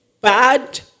bad